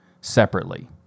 separately